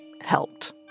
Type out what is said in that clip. helped